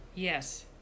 Yes